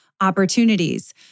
opportunities